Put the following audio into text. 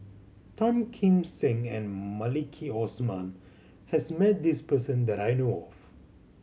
Tan Kim Seng and Maliki Osman has met this person that I know of